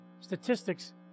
Statistics